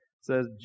says